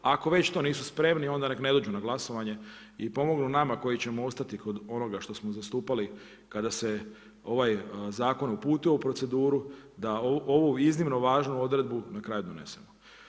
Ako već to nisu spremni, onda nek' ne dođu na glasovanje i pomognu nama koji ćemo ostati kod onoga što smo zastupali kada se ovaj zakon uputio u proceduru, da ovu iznimno važnu odredbu na kraju donesemo.